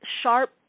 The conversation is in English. sharp